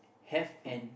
have an